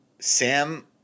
Sam